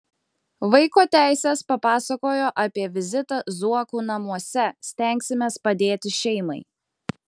vaiko teisės papasakojo apie vizitą zuokų namuose stengsimės padėti šeimai